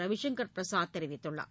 ரவிசங்கர் பிரசாத் தெரிவித்துள்ளார்